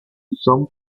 son